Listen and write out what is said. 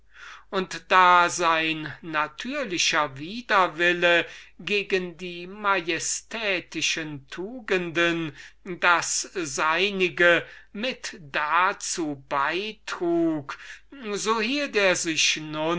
und da seine natürliche antipathie gegen die majestätischen tugenden das ihrige mit beitrug so hielt er sich